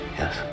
yes